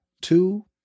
Two